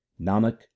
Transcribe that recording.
Nanak